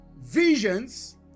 visions